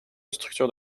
structures